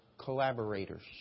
collaborators